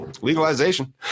legalization